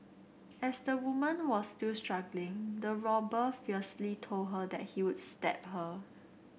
as the woman was still struggling the robber fiercely told her that he would stab her